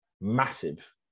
massive